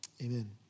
Amen